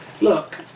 Look